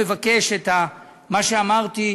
והוא מבקש את מה שאמרתי,